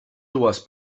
dues